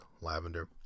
lavender